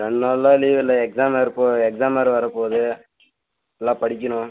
ரெண்டு நாளெலாம் லீவ் இல்லை எக்ஸாம் வரப் போகுது எக்ஸாம் வேறு வரப் போகுது நல்லா படிக்கணும்